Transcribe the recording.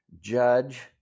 judge